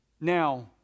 Now